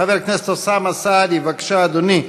חבר הכנסת אוסאמה סעדי, בבקשה, אדוני,